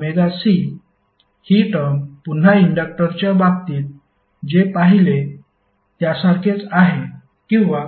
1jωC हि टर्म पुन्हा इंडक्टरच्या बाबतीत जे पाहिले त्यासारखेच आहे किंवा